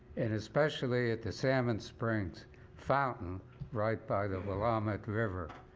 and especially at the salmon springs fountain right by the willamette river.